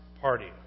party